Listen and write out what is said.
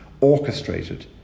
orchestrated